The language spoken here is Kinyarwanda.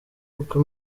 uko